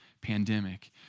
pandemic